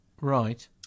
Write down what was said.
Right